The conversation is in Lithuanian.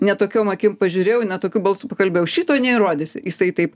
ne tokiom akim pažiūrėjau ne tokiu balsu pakalbėjau šito neįrodysi jisai taip